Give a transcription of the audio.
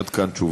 עד כאן תשובתי.